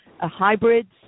hybrids